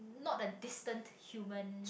not the distant human